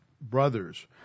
brothers